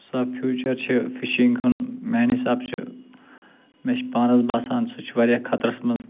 سۄ فیوٗچَر چھِ فِشِنٛگ ہُن میٛٲنہِ حِساب چھِ مےٚ چھِ پانَس باسان سُہ چھُ واریاہ خطرس منٛز